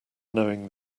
knowing